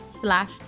slash